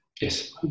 Yes